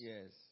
Yes